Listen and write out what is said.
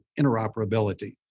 interoperability